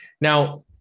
Now